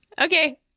Okay